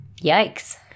Yikes